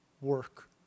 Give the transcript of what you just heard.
work